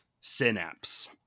synapse